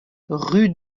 rue